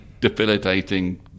debilitating